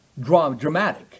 dramatic